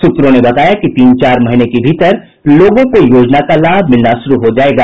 सूत्रों ने बताया कि तीन चार महीने के भीतर लोगों को योजना का लाभ मिलना शुरू हो जायेगा